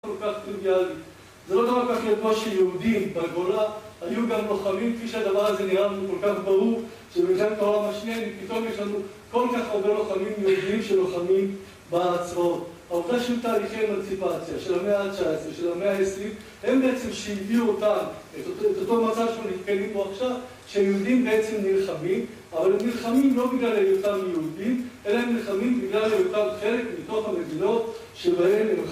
לא כל כך טריוויאלי, זה לא דבר כל כך ידוע שיהודים בגולה היו גם לוחמים, כפי שהדבר הזה נראה לנו כל כך ברור שבמלחמת העולם השנייה פתאום יש לנו כל כך הרבה לוחמים יהודים שלוחמים בעצמאות. העובדה שתהליכי אמנסיפציה של המאה ה-19 ושל המאה ה-20 הם בעצם שהביאו אותם את אותו מצב שנתקלים בו עכשיו שהיהודים בעצם נלחמים, אבל הם נלחמים לא בגלל היותם יהודים אלא הם נלחמים בגלל היו אותם חלק מתוך המדינות שבהם